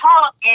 talk